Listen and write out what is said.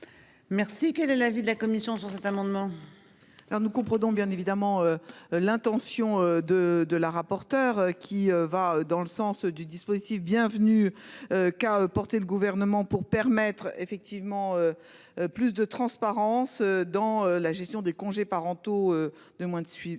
Merci. Quel est l'avis de la commission sur cet amendement. Ça nous comprenons bien évidemment. L'intention de de la rapporteure qui va dans le sens du dispositif bienvenue. Qu'a porté le gouvernement pour permettre effectivement. Plus de transparence dans la gestion des congés parentaux de moins de celui-ci